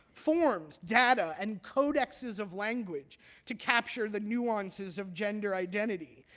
forms, data, and codexes of language to capture the nuances of gender identity,